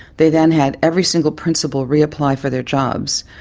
they then had every single principal reapply for their jobs.